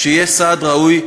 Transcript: שיהיה סעד ראוי לאזרח.